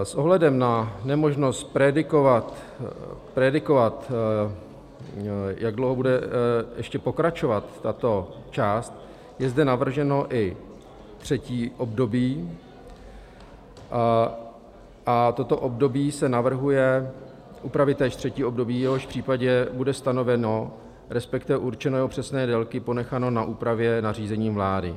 S ohledem na nemožnost predikovat, jak dlouho bude ještě pokračovat tato část, je zde navrženo i třetí období a toto období se navrhuje upravit též; třetí období, v jehož případě bude stanoveno, respektive určeno, jeho přesné délky, ponecháno na úpravě nařízením vlády.